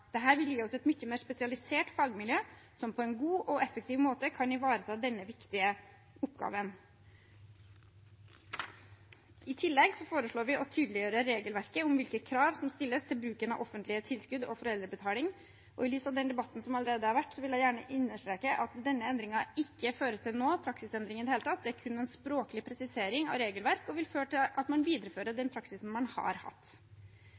vil gi oss et mye mer spesialisert fagmiljø, som på en god og effektiv måte kan ivareta denne viktige oppgaven. I tillegg foreslår vi å tydeliggjøre regelverket om hvilke krav som stilles til bruken av offentlige tilskudd og foreldrebetaling, og i lys av den debatten som allerede har vært, vil jeg gjerne understreke at denne endringen ikke fører til noen praksisendring i det hele tatt. Det er kun en språklig presisering av regelverk og vil føre til at man viderefører den praksisen man har hatt.